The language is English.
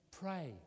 Pray